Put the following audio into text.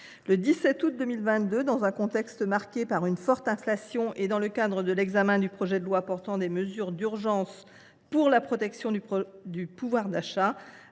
Le 17 août 2022, dans un contexte marqué par une forte inflation, et dans le cadre de l’examen du projet de loi portant des mesures d’urgence pour la protection du pouvoir d’achat,